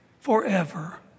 forever